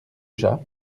chat